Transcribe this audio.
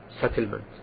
settlement